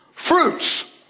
Fruits